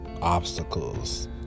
obstacles